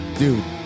dude